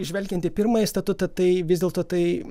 žvelgiant į pirmąjį statutą tai vis dėlto tai